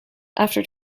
after